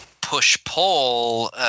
push-pull